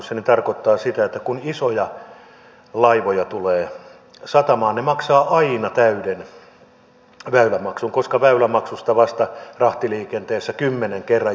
se tarkoittaa sitä että kun isoja laivoja tulee satamaan niin ne maksavat aina täyden väylämaksun koska väylämaksusta rahtiliikenteessä vapaudutaan vasta kymmenen kerran jälkeen